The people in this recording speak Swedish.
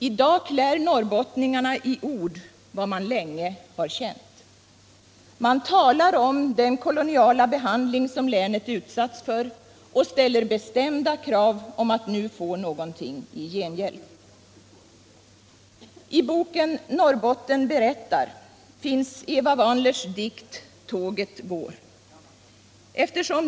I dag klär norrbottningarna i ord vad man länge har känt. Man talar om den koloniala behandling som länet utsatts för och ställer bestämda krav om att nu få någonting i gengäld.